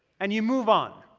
and you move on.